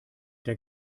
der